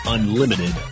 Unlimited